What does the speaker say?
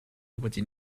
wedi